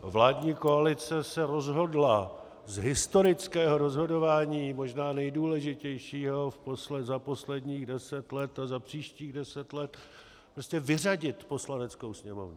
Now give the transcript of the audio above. vládní koalice se rozhodla z historického rozhodování, možná nejdůležitějšího za posledních deset let a za příštích deset let, vyřadit Poslaneckou sněmovnu.